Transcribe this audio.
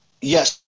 yes